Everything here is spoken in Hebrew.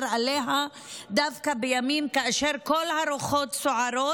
עליה דווקא בימים שבהם כל הרוחות סוערות,